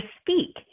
speak